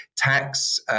Tax